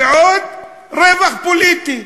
ועוד רווח פוליטי,